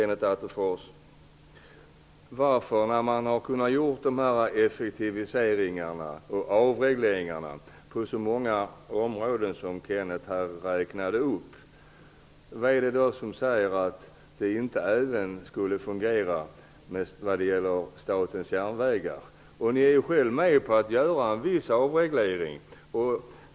När man har kunnat göra dessa effektiviseringar och avregleringar på så många områden som Kenneth Attefors räknade upp, vad är det som säger att det inte även skulle fungera när det gäller Statens järnvägar? Ni är ju själva med på att göra en viss avreglering.